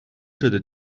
شده